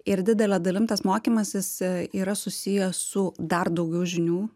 ir didele dalim tas mokymasis yra susijęs su dar daugiau žinių